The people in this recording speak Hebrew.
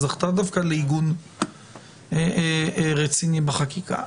שזכתה דווקא לעיגון רציני בחקיקה.